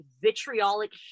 vitriolic